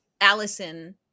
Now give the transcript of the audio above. Allison